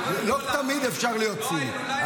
לא תמיד אפשר להיות ציני.